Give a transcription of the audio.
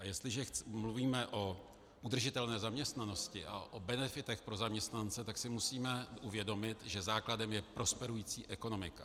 A jestliže mluvíme o udržitelné zaměstnanosti a o benefitech pro zaměstnance, tak si musíme uvědomit, že základem je prosperující ekonomika.